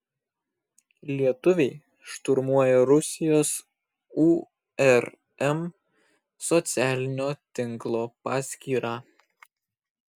lietuviai šturmuoja rusijos urm socialinio tinklo paskyrą